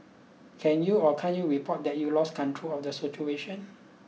can you or can't you report that you've lost control of the situation